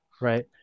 right